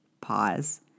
pause